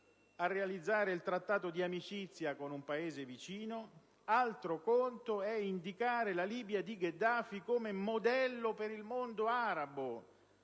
a realizzare il Trattato di amicizia con un Paese vicino, un altro conto è indicare la Libia di Gheddafi come modello per il mondo arabo,